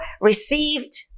received